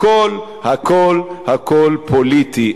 הכול, הכול, הכול פוליטי.